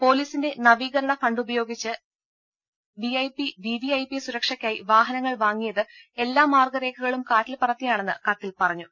പൊലീസിന്റെ നവീകരണ ഫണ്ടുപയോഗിച്ച് വിഐപി വിവിഐപി സുരക്ഷക്കായി വാഹനങ്ങൾ വാങ്ങിയത് എല്ലാ മാർഗ്ഗരേഖകളും കാറ്റിൽ പറത്തിയാണെന്ന് കത്തിൽ പറഞ്ഞു